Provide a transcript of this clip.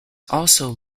also